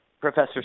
Professor